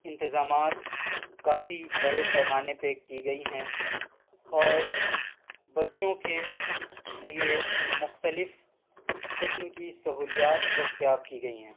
انتظامات کافی بڑے پیمانے پہ کی گئی ہیں اور بچّوں کے لیے مختلف قسم کی سہولیات دستیاب کی گئی ہیں